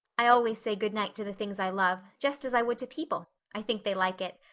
i always say good night to the things i love, just as i would to people. i think they like it.